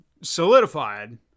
solidified